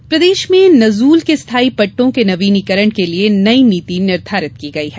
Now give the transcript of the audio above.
पट्टे प्रदेश में नजूल के स्थाई पट्टों के नवीनीकरण के लिए नई नीति निर्धारित की गई है